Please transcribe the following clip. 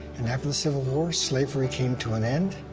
and after the civil war, slavery came to an end.